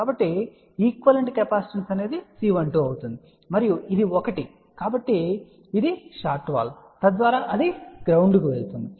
కాబట్టి equivalent capacitance C12 అవుతుంది మరియు ఇది ఒకటి కాబట్టి ఇది షార్ట్ వాల్ తద్వారా అది గ్రౌండ్ కు వెళుతుంది